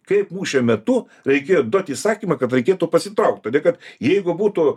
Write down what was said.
kaip mūšio metu reikėjo duot įsakymą kad reikėtų pasitraukt todė kad jeigu būtų